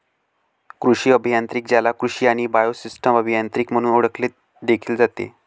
कृषी अभियांत्रिकी, ज्याला कृषी आणि बायोसिस्टम अभियांत्रिकी म्हणून देखील ओळखले जाते